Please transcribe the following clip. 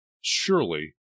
surely